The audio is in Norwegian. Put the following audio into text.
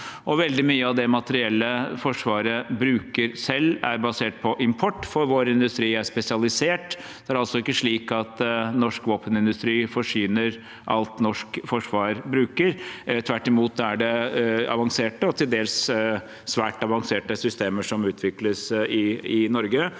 veldig mye av det materiellet Forsvaret bruker selv, er basert på import, for vår industri er spesialisert. Det er altså ikke slik at norsk våpenindustri forsyner norsk forsvar med alt de bruker. Tvert imot er det avanserte, og til dels svært avanserte, systemer som utvikles i Norge.